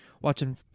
watching